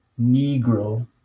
Negro